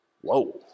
Whoa